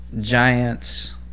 giants